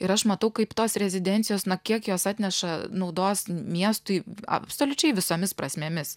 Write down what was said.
ir aš matau kaip tos rezidencijos na kiek jos atneša naudos miestui absoliučiai visomis prasmėmis